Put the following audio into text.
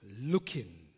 Looking